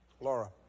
Laura